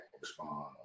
respond